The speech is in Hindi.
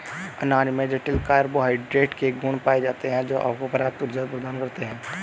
अनाज में जटिल कार्बोहाइड्रेट के गुण पाए जाते हैं, जो आपको पर्याप्त ऊर्जा प्रदान करते हैं